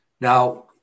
Now